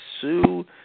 sue